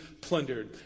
plundered